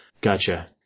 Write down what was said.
Gotcha